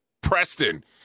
Preston